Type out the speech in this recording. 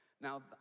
Now